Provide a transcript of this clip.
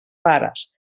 pares